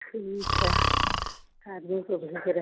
ठीक है आदमी को भेज रहें